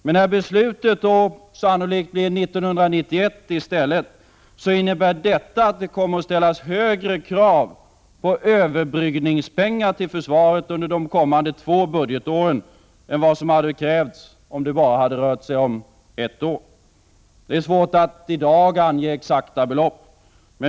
Men när beslutet nu sannolikt kommer 1991 i stället, innebär detta att det kommer att ställas högre krav på ”överbryggningspengar” till försvaret under de kommande två budgetåren än vad som hade krävts om det bara rört sig om ett år. Det är svårt att i dag ange exakta belopp.